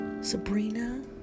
Sabrina